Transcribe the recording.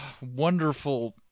wonderful